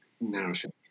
narrative